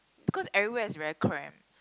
because everywhere is very cramped